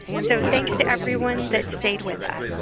so thanks to everyone that stayed with us.